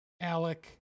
Alec